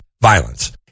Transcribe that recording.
violence